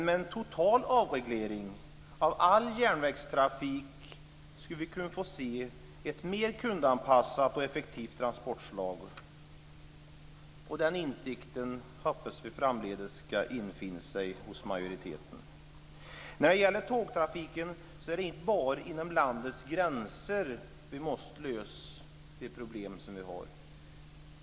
Med en total avreglering av all järnvägstrafik skulle vi kunna få se ett mer kundanpassat och effektivt transportslag. Den insikten hoppas vi framdeles ska infinna sig hos majoriteten. När det gäller tågtrafiken är det inte bara inom landets gränser vi måste lösa problemen.